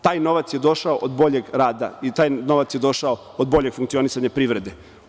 Taj novac je došao do boljeg rada i taj novac je došao od boljeg funkcionisanja privrede.